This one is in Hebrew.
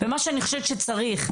מה שאני חושבת שצריך,